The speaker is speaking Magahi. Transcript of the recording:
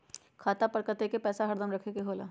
खाता पर कतेक पैसा हरदम रखखे के होला?